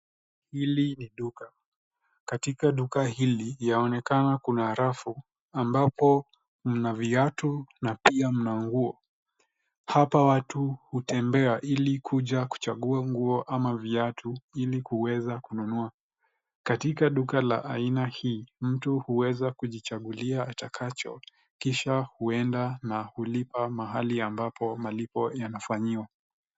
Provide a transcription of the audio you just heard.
Hili ni duka. Katika duka hili yaonekana kuna rafu ambapo mna viatu na pia mna nguo. Hapa watu hutembea ili kuja kuchagua nguo ama viatu ili kuweza kununua. Katika duka la aina hii mtu huweza kujichagulia atakacho kisha huenda na hulipa mahali ambapo malipo yanafanyiwa.